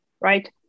right